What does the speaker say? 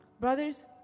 brothers